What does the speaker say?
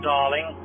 Darling